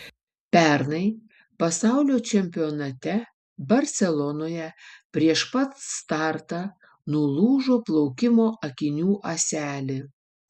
pernai pasaulio čempionate barselonoje prieš pat startą nulūžo plaukimo akinių ąselė